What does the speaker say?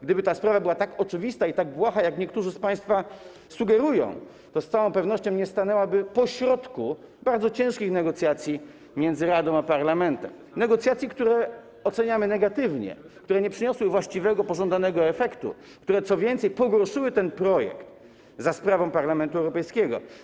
Gdyby ta sprawa była tak oczywista i tak błaha, jak niektórzy z państwa sugerują, to z całą pewnością nie stanęłaby po środku bardzo ciężkich negocjacji między Radą a parlamentem, negocjacji, które oceniamy negatywnie, które nie przyniosły właściwego, pożądanego efektu, które, co więcej, pogorszyły ten projekt za sprawą Parlamentu Europejskiego.